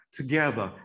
together